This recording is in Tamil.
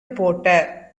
போட்ட